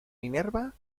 minerva